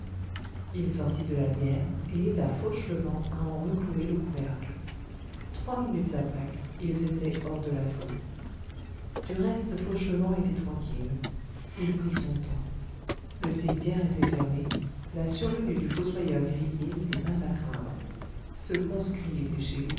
il sortit de la bière et aida fauchelevent à en reclouer le couvercle trois minutes après ils étaient hors de la fosse du reste fauchelevent était tranquille il prit son temps le cimetière était fermé la survenue du fossoyeur gribier n'était pas à craindre ce conscrit était chez lui